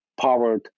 powered